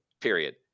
Period